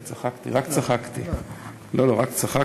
הצעת ייעול אולי: מאחר שיש לי כאן שלושה חוקים